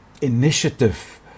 initiative